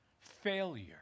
failure